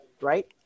right